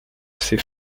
ses